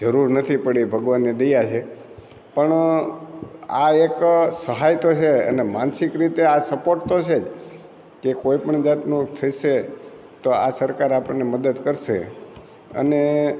જરૂર નથી પડી ભગવાનની દયા છે પણ આ એક સહાય તો છે અને માનસિક રીતે આ સપોર્ટ તો છે જ તે કોઈપણ જાતનું થશે તો આ સરકાર આપણને મદદ કરશે અને